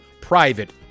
private